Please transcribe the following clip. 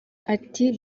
ati